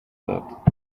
that